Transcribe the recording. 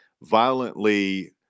violently